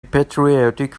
patriotic